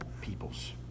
peoples